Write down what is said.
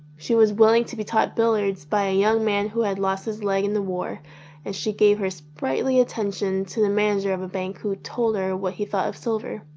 she was willing to be taught billiards by a young man who had lost his leg in the war and she gave her sprightly attention to the manager of a bank who told her what he thought of silver.